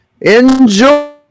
Enjoy